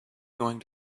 going